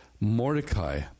Mordecai